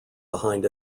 behind